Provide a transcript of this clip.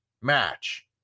match